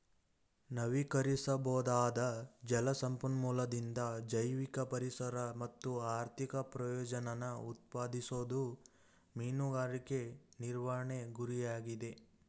ನವೀಕರಿಸಬೊದಾದ ಜಲ ಸಂಪನ್ಮೂಲದಿಂದ ಜೈವಿಕ ಪರಿಸರ ಮತ್ತು ಆರ್ಥಿಕ ಪ್ರಯೋಜನನ ಉತ್ಪಾದಿಸೋದು ಮೀನುಗಾರಿಕೆ ನಿರ್ವಹಣೆ ಗುರಿಯಾಗಿದೆ